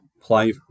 play